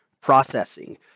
processing